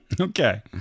okay